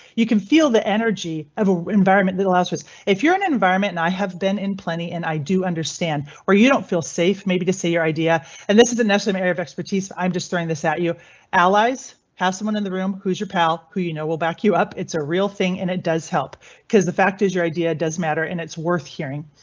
you can feel the energy ah environment that allows us if you're an environment and i have been in plenty and i do understand or you don't feel safe. maybe to say your idea and this is a necessary of expertise. i'm just throwing this out. you allies pass one in the room who's your pal? who you know will back you up? it's a real thing and it does help cause. the fact is, your idea does matter in it's worth hearing.